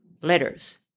letters